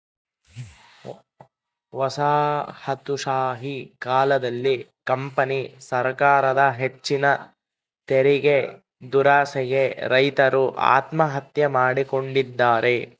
ವಸಾಹತುಶಾಹಿ ಕಾಲದಲ್ಲಿ ಕಂಪನಿ ಸರಕಾರದ ಹೆಚ್ಚಿನ ತೆರಿಗೆದುರಾಸೆಗೆ ರೈತರು ಆತ್ಮಹತ್ಯೆ ಮಾಡಿಕೊಂಡಿದ್ದಾರೆ